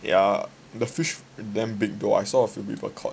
ya the fish damn big though I saw a few people caught